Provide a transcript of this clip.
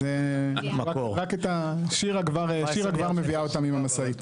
אז רק את, שירה כבר מביאה אותם עם המשאית.